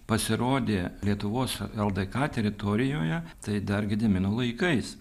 pasirodė lietuvos ldk teritorijoje tai dar gedimino laikais